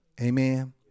Amen